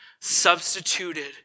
substituted